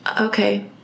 Okay